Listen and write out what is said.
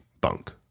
bunk